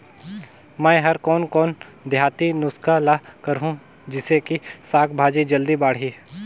मै हर कोन कोन देहाती नुस्खा ल करहूं? जिसे कि साक भाजी जल्दी बाड़ही?